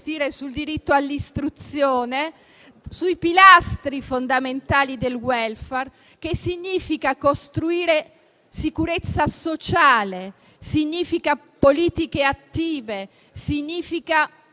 sul diritto all'istruzione, insomma sui pilastri fondamentali del *welfare*. Ciò significa costruire sicurezza sociale, politiche attive, partecipazione